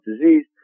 disease